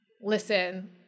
listen